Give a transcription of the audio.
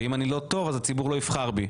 ואם אני לא טוב אז הציבור לא יבחר בי,